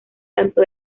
tanto